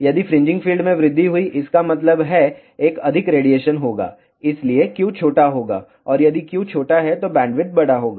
यदि fringing field में वृद्धि हुई इसका मतलब है एक अधिक रेडिएशन होगा और इसलिए Q छोटा होगा और यदि Q छोटा है तो बैंडविड्थ बड़ा होगा